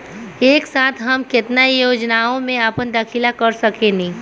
एक साथ हम केतना योजनाओ में अपना दाखिला कर सकेनी?